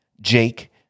Jake